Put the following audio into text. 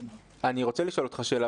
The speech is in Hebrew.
אני רוצה לשאול אותך שאלה